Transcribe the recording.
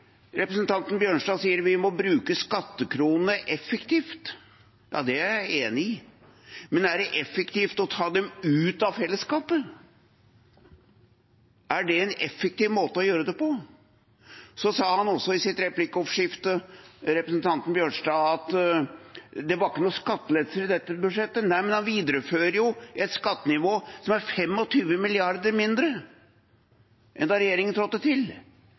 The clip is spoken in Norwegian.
representanten Bjørnstad at vi må bruke skattekronene effektivt. Ja, det er jeg enig i, men er det effektivt å ta dem ut av fellesskapet? Er det en effektiv måte å gjøre det på? Så sa også representanten Bjørnstad i sitt replikkordskifte at det ikke var noen skattelettelser i dette budsjettet. Nei, men han viderefører jo et skattenivå som er 25 mrd. kr lavere enn da regjeringen trådte til.